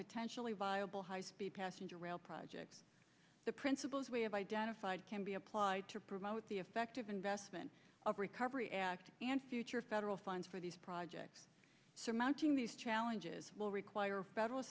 potentially viable high speed passenger rail projects the principles we have identified can be applied to promote the effective investment of recovery act and future federal funds for these projects surmounting these challenges will require federal